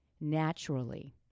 naturally